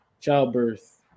childbirth